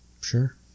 sure